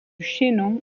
chaînon